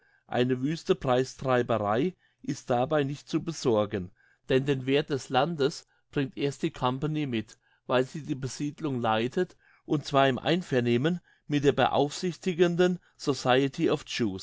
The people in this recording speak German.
eine wüste preistreiberei ist dabei nicht zu besorgen denn den werth des landes bringt erst die company mit weil sie die besiedlung leitet und zwar im einvernehmen mit der beaufsichtigenden society of